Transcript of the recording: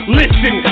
listen